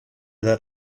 that